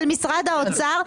של משרד האוצר,